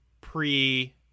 pre